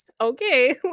okay